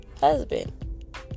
husband